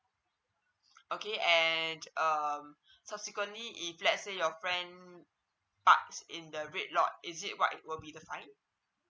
okay and um subsequently if let's say your friend parks in the red lots is it what will be the fine